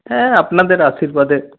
হ্যাঁ আপনাদের আশীর্বাদে